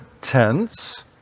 tense